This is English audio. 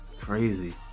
Crazy